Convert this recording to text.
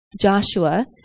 Joshua